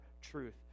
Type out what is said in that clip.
truth